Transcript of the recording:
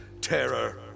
terror